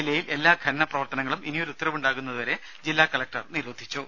ജില്ലയിൽ എല്ലാ ഖനന പ്രവർത്തനങ്ങളും ഇനിയൊരു ഉത്തരവ് ഉണ്ടാകുന്നതുവരെ ജില്ലാ കലക്ടർ നിരോധിച്ചു